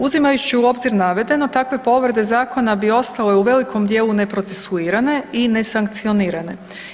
Uzimajući u obzir navedeno takve povrede zakona bi ostale u velikom dijelu neprocesuirane i nesankcionirane.